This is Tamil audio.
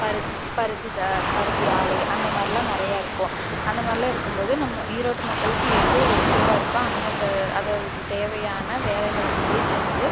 பருத் பருத்தி ச பருத்தி ஆலை அந்த மாதிரிலாம் நிறையா இருக்கும் அந்த மாதிரிலாம் இருக்கும்போது நம்ம ஈரோடு மக்களுக்கு எது ஓகேவா இருக்கோ அந்தந்த அதை தேவையான வேலைகளுக்கு போய் சேர்ந்து